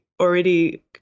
already